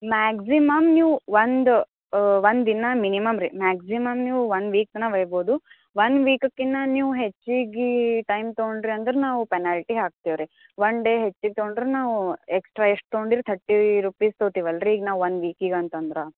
maximum ನೀವು ಒಂದು ಒಂದು ದಿನ ಮಿನಿಮಮ್ ರೀ ಮ್ಯಾಕ್ಸಿಮಮ್ ನೀವು ಒಂದು ವೀಕನ ಒಯ್ಬೋದು ವನ್ ವೀಕ್ಗಿಂತ ನೀವು ಹೆಚ್ಚಿಗೆ ಟೈಮ್ ತಗೊಂಡ್ರಿ ಅಂದ್ರೆ ನಾವು ಪೆನಾಲ್ಟಿ ಹಾಕ್ತೀವಿ ರೀ ವನ್ ಡೇ ಹೆಚ್ಗೆ ತೊಗೊಂಡ್ರೆ ನಾವೂ ಎಕ್ಸ್ಟ್ರಾ ಎಷ್ಟು ತೊಗೊಂಡಿರಿ ತರ್ಟಿ ರೂಪಿಸ್ ತೊಗೊಳ್ತೀವಿ ಅಲ್ಲರಿ ಈಗ ನಾವು ವನ್ ವೀಕಿಗೆ ಅಂತಂದ್ರೆ